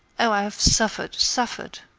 i have suffered, suffered!